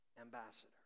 ambassador